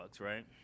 Right